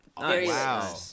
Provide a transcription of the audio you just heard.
Wow